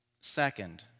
Second